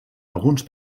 alguns